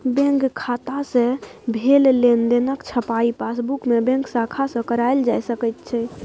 bank खाता सँ भेल लेनदेनक छपाई पासबुकमे बैंक शाखा सँ कराएल जा सकैत छै